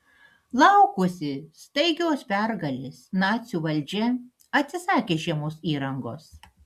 laukusi staigios pergalės nacių valdžia atsisakė žiemos įrangos